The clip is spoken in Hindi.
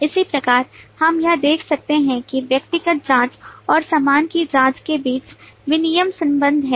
इसी प्रकार हम यह देख सकते हैं कि व्यक्तिगत जाँच और सामान की जाँच के बीच विनिमय संबंध है